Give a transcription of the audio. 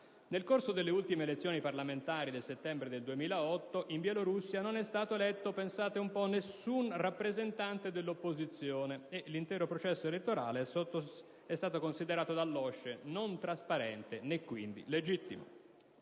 Nel corso delle ultime elezioni parlamentari, tenutesi nel settembre del 2008 in Bielorussia, non è stato eletto - pensate un po' - nessun rappresentante dell'opposizione e l'intero processo elettorale è stato considerato dall'OSCE non trasparente né, quindi, legittimo.